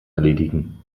erledigen